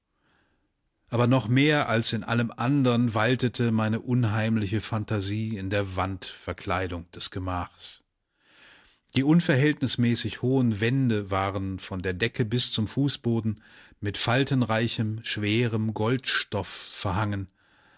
aber noch mehr als in allem andern waltete meine unheimliche phantasie in der wandverkleidung des gemachs die unverhältnismäßig hohen wände waren von der decke bis zum fußboden mit faltenreichem schwerem goldstoff verhangen